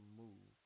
move